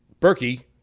Berkey